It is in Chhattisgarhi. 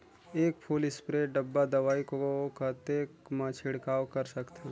एक फुल स्प्रे डब्बा दवाई को कतेक म छिड़काव कर सकथन?